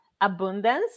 abundance